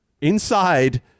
inside